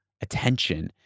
attention